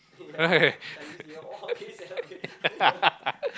right